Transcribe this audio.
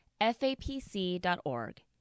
fapc.org